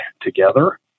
together